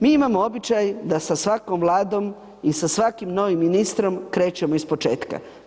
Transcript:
Mi imamo običaj da sa svakom Vladom i sa svakim novim ministrom, krećemo ispočetka.